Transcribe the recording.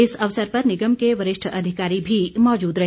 इस अवसर पर निगम के वरिष्ठ अधिकारी भी मौजूद रहे